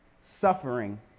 suffering